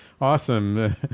Awesome